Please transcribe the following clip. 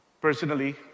Personally